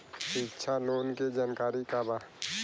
शिक्षा लोन के जानकारी का बा?